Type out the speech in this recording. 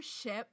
ship